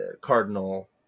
cardinal